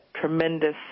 tremendous